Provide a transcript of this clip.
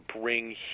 bring